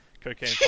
cocaine